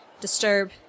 disturb